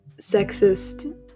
sexist